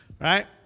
Right